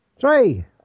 Three